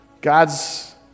God's